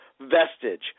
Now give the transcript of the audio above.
vestige